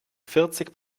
vierzig